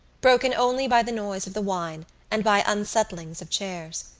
broken only by the noise of the wine and by unsettlings of chairs.